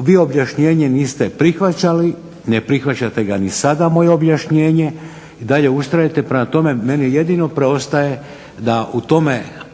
vi objašnjenje niste prihvaćali, ne prihvaćate ga ni sada, i dalje ustrajete, prema tome, meni jedino preostaje da o tome